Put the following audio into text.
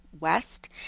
west